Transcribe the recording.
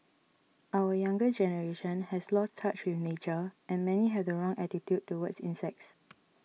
our younger generation has lost touch with nature and many have the wrong attitude towards insects